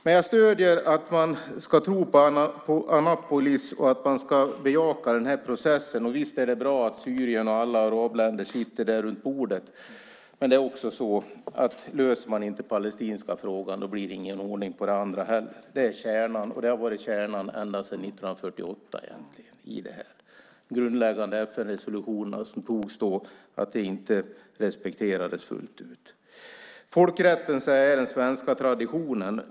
Men jag stöder att man ska tro på Annapolis och att man ska bejaka processen. Visst är det bra att Syrien och alla arabländer sitter runt bordet. Men det är också så att löser man inte Palestinafrågan blir det ingen ordning på det andra heller. Det är kärnan, och det har varit kärnan ända sedan 1948. De grundläggande resolutioner som antogs då har inte respekterats fullt ut. Folkrätten är den svenska traditionen.